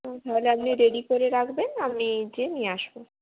ও তাহলে আপনি রেডি করে রাখবেন আমি যেয়ে নিয়ে আসবো